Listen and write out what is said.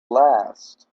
last